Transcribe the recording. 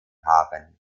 haben